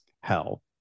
hell